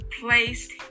placed